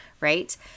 right